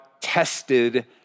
tested